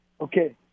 Okay